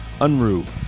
Unruh